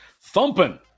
thumping